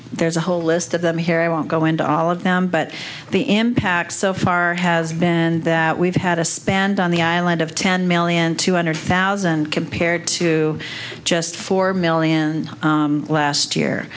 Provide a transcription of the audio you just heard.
there's a whole list of them here i won't go into all of them but the impact so far has been that we've had a spend on the island of ten million two hundred thousand compared to just four million last year